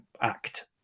act